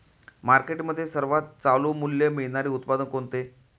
मार्केटमध्ये सर्वात चालू मूल्य मिळणारे उत्पादन कोणते?